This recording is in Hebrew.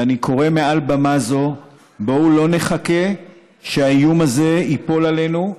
ואני קורא מעל במה זו: בואו לא נחכה שהאיום הזה ייפול עלינו,